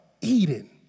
Eden